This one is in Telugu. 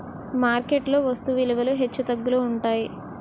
మార్కెట్ లో వస్తు విలువలు హెచ్చుతగ్గులు ఉంటాయి